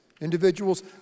Individuals